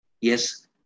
yes